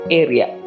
area